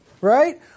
right